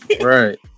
right